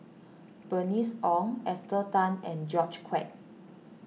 Bernice Ong Esther Tan and George Quek